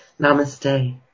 Namaste